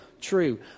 true